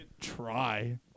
Try